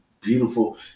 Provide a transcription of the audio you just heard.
beautiful